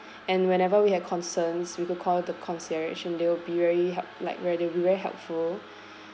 and whenever we had concerns we could call the concierge and they will be very help like very they will be very helpful